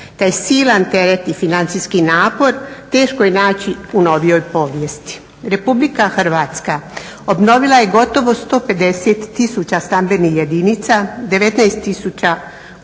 Taj silan teret i financijski napor teško je naći u novijoj povijesti. RH obnovila je gotovo 150 tisuća stambenih jedinica, 19 tisuća